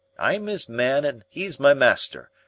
i'm is man and e's my master,